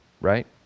right